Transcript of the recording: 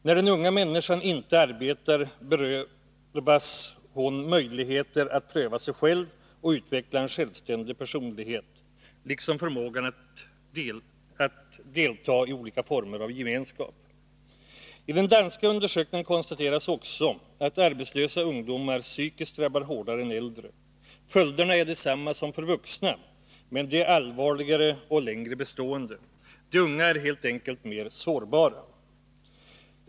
När den unga människan inte arbetar berövas hon möjligheter att pröva sig själv och utveckla en självständig personlighet, liksom förmågan att delta i olika former av gemenskap. I den danska undersökningen konstateras också att arbetslösa ungdomar psykiskt drabbas hårdare än äldre. Följderna är desamma som för vuxna, men de är allvarligare och längre bestående. De unga är helt enkelt mer sårbara.